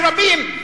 יש רבים,